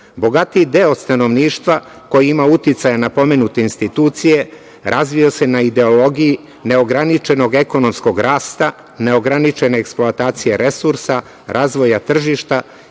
deo stanovništva koji ima uticaja na pomenute institucije razvija se na ideologiji neograničenog ekonomskog rasta, neograničene eksploatacije resursa, razvoja tržišta